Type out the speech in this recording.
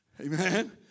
Amen